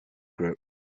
group